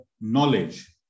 knowledge